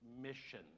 mission